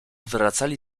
wracali